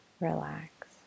relax